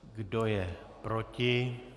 Kdo je proti?